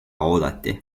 oodati